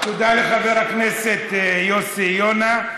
תודה לחבר הכנסת יוסי יונה.